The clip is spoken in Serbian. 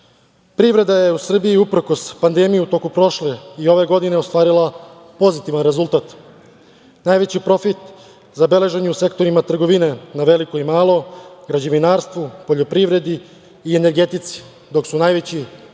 je u Srbiji uprkos pandemiji u toku prošle i ove godine ostvarila pozitivan rezultat. Najveći profit zabeležen je u sektorima trgovine na veliko i malo, građevinarstvu, poljoprivredi i energetici, dok su najveći